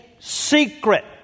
secret